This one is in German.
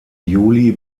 juli